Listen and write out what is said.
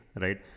right